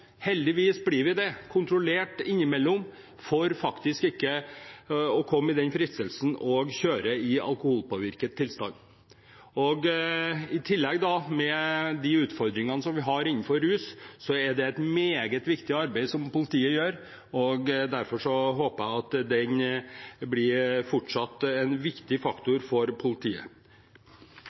Heldigvis blir vi kontrollert innimellom for ikke å falle for fristelsen til å kjøre i alkoholpåvirket tilstand. Med de utfordringene vi har innenfor rus, er det i tillegg et meget viktig arbeid politiet gjør. Derfor håper jeg det fortsatt blir en viktig faktor for politiet.